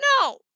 No